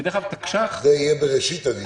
זה יהיה בראשית הדיון.